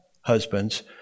husbands